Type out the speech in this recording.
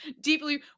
deeply